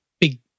big